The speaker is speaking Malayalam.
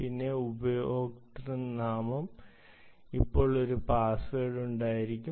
പിന്നെ ഉപയോക്തൃനാമം അപ്പോൾ ഒരു പാസ്വേഡ് ഉണ്ടാകും